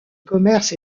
commerce